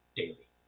daily